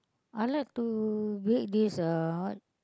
I like to bake this uh what